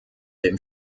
dem